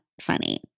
funny